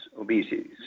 obesity